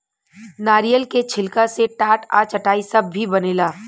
नारियल के छिलका से टाट आ चटाई सब भी बनेला